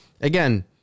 again